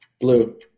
Blue